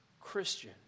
Christian